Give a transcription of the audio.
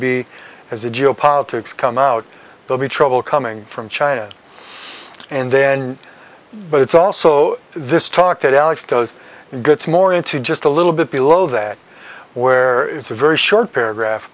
be as the geopolitics come out they'll be trouble coming from china and then but it's also this talk that alex does and gets more into just a little bit below that where it's a very short paragraph